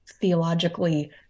theologically